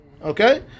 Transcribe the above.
Okay